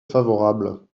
favorables